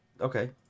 Okay